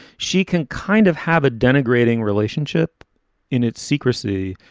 she can kind of have a denigrating relationship in its secrecy,